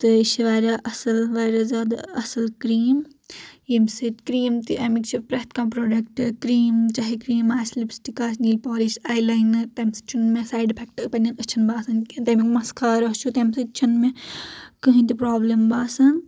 تہٕ یہِ چھ واریاہ اصل واریاہ زیادٕ اصل کریٖم ییٚمہِ سۭتۍ کریٖم تہِ امکۍ چھ پرٮ۪تھ کانٛہہٕ پروڈکٹ کریٖم چاہے کریٖم آسہِ لپسٹک آسہِ نیل پولش آیلینہٕ تمہٕ سۭتۍ چُھنہٕ مےٚ سایڈ افیکٹ پَننین أچھن باسان کیٚنٛھہ تمیُک مس خارا چھ تمۍ سُتۍ چھنہٕ مےٚ کہنۍ تہِ پرابلم باسان